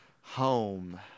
Home